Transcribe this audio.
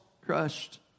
crushed